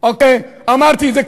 נציגי כל